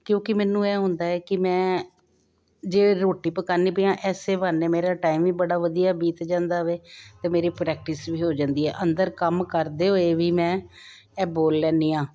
ਕਿਉਂਕਿ ਮੈਨੂੰ ਇਹ ਹੁੰਦਾ ਕਿ ਮੈਂ ਜੇ ਰੋਟੀ ਪਕਾਨੀ ਪਈ ਆ ਐਸੇ ਬਹਾਨੇ ਮੇਰਾ ਟਾਈਮ ਹੀ ਬੜਾ ਵਧੀਆ ਬੀਤ ਜਾਂਦਾ ਵੇ ਤੇ ਮੇਰੀ ਪ੍ਰੈਕਟਿਸ ਵੀ ਹੋ ਜਾਂਦੀ ਹ ਅੰਦਰ ਕੰਮ ਕਰਦੇ ਹੋਏ ਵੀ ਮੈਂ ਇਹ ਬੋਲ ਲੈਦੀ ਆਂ